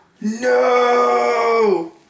No